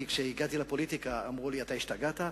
כי כשהגעתי לפוליטיקה אמרו לי: השתגעת?